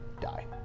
die